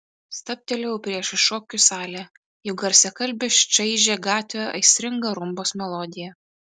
stabtelėjau priešais šokių salę jų garsiakalbis čaižė gatvę aistringa rumbos melodija